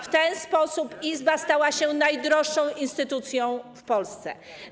W ten sposób Izba stała się najdroższą instytucją w Polsce.